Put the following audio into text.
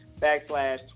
backslash